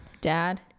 dad